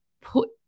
put